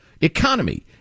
Economy